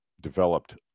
developed